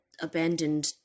abandoned